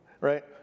right